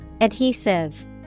Adhesive